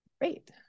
Great